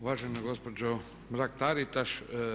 Uvažena gospođo Mrak-Taritaš.